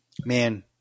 man